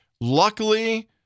Luckily